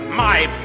my